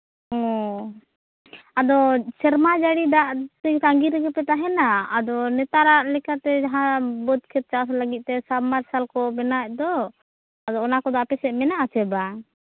ᱚᱻ ᱟᱫᱚ ᱥᱮᱨᱢᱟ ᱡᱟᱲᱤ ᱫᱟᱜ ᱛᱟᱸᱜᱤᱨᱮᱜᱮ ᱯᱮ ᱛᱟᱦᱮᱸᱱᱟ ᱟᱫᱚ ᱱᱮᱛᱟᱨᱟᱜ ᱞᱮᱠᱟᱛᱮ ᱡᱟᱦᱟᱸ ᱵᱟᱹᱫᱽ ᱠᱷᱮᱛ ᱪᱟᱥ ᱞᱟᱜᱤᱫ ᱛᱮ ᱥᱟᱢ ᱢᱟᱨᱥᱟᱞ ᱵᱮᱱᱟᱣᱮᱫ ᱫᱚ ᱟᱫᱚ ᱚᱱᱟ ᱠᱚᱫᱚ ᱟᱯᱮᱥᱮᱫ ᱢᱮᱱᱟᱜᱼᱟ ᱥᱮ ᱵᱟᱝ